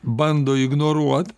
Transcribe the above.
bando ignoruot